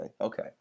okay